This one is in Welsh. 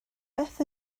beth